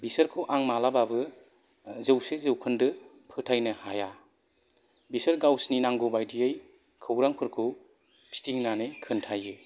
बिसोरखौ आं मालाबाबो जौसे जौखोन्दो फोथायनो हाया बिसोर गावसोरनि नांगौ बायदियै खौरांफोरखौ फिदिंनानै खोन्थायो